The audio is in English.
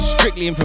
Strictly